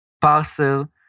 parcel